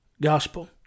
gospel